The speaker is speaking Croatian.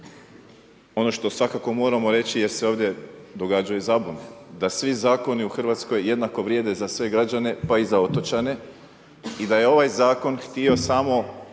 Ono što svakako moramo reći je se ovdje događaju zabune da svi zakoni u RH jednako vrijede za sve građane, pa i za otočane i da je ovaj Zakon htio samo